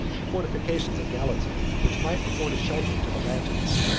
the fortifications of galata, which might afford a shelter to the latins,